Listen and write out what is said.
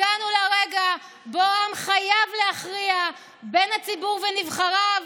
הגענו לרגע שבו העם חייב להכריע בין הציבור ונבחריו